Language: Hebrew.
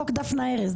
חוק דפנה ארז.